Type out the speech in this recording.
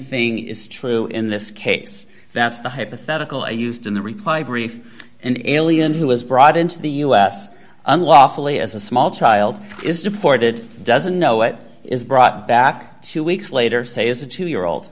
thing is true in this case that's the hypothetical a used in the reply brief an alien who was brought into the u s unlawfully as a small child is deported doesn't know it is brought back two weeks later say as a two year old